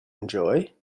enjoy